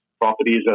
properties